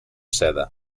seda